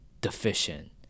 deficient